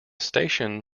station